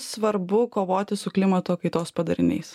svarbu kovoti su klimato kaitos padariniais